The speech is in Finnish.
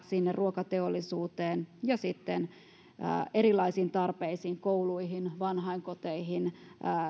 sinne ruokateollisuuteen ja sitten erilaisiin tarpeisiin kouluihin vanhainkoteihin